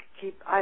keep